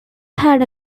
had